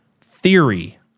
theory